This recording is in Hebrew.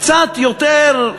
קצת יותר,